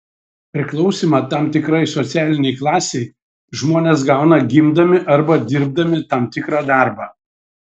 priklausymą tam tikrai socialinei klasei žmonės gauna gimdami arba dirbdami tam tikrą darbą